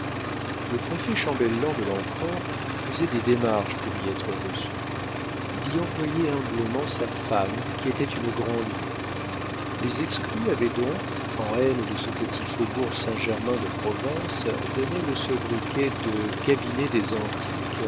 le préfet chambellan de l'empereur faisait des démarches pour y être reçu il y envoyait humblement sa femme qui était une grandlieu les exclus avaient donc en haine de ce petit faubourg saint-germain de province donné le sobriquet de cabinet des antiques